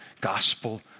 gospel